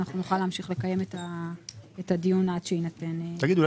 ואנחנו נוכל להמשיך לקיים את הדיון עד שיינתן --- אולי